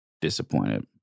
disappointed